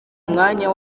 mwanya